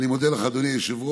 אני מודה לך, אדוני היושב-ראש.